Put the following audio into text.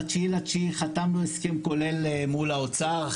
ב-9.9 חתמנו הסכם כולל מול האוצר.